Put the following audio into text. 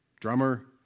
drummer